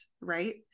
right